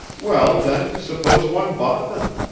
well, then, suppose one bought them?